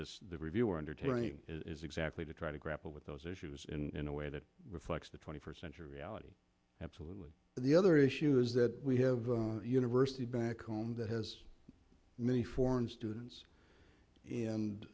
this the review or entertaining is exactly to try to grapple with those issues in in a way that reflects the twenty first century reality absolutely but the other issue is that we have a university back home that has many foreign students